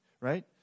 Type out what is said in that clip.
Right